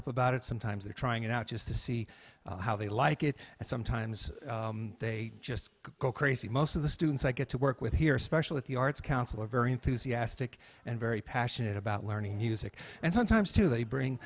up about it sometimes they're trying it out just to see how they like it and sometimes they just go crazy most of the students i get to work with here especially at the arts council are very enthusiastic and very passionate about learning music and sometimes too they bring